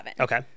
Okay